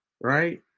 right